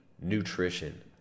Nutrition